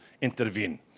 intervene